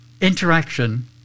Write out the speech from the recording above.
interaction